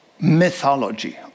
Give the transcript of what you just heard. mythology